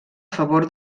favor